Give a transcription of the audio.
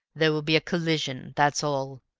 there will be a collision, that's all.